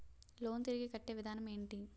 Loan తిరిగి కట్టే విధానం ఎంటి?